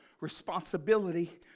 responsibility